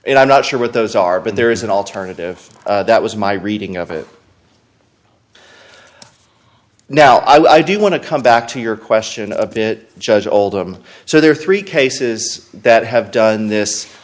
and i'm not sure what those are but there is an alternative that was my reading of it now i do want to come back to your question of that judge oldham so there are three cases that have done this